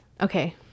okay